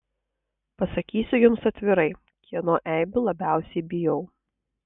pasakysiu jums atvirai kieno eibių labiausiai bijau